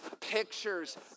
pictures